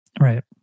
Right